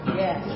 yes